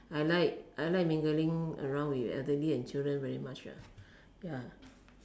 I like I like mingling around with elderly and children very much ah ya